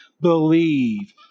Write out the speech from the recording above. believe